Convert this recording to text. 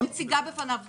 אני מציגה בפניו עובדה.